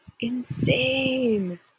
insane